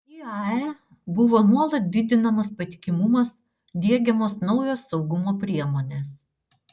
iae buvo nuolat didinamas patikimumas diegiamos naujos saugumo priemonės